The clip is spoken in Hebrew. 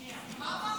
דיבור?